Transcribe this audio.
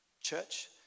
church